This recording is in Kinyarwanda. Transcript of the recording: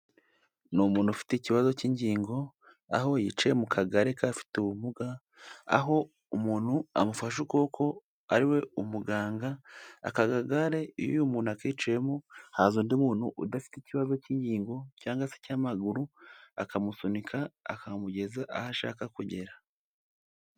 Ni umuntu ufite ikibazo cy'ingingo aho yicaye mu kagari k'abafite ubumuga aho umuntu amufasha ukuboko ariwe umuganga aka kagare iyo uyu umuntu akiciyemo haza undi muntu udafite ikibazo cy'ingingo cyangwa se cy'amaguru akamusunika akamugeza aho ashaka kugera.